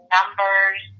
Numbers